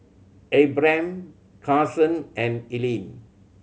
Abram Carson and Ellyn